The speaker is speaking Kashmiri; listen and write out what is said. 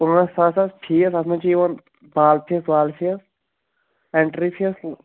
پٲنٛژ ساس حظ فیٖس اَتھ منٛز چھِ یِوان بال فیٖس وال فیٖس ایٚنٛٹرٛی فیٖس